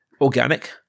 Organic